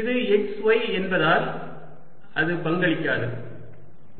இது xy என்பதால் அது பங்களிக்காது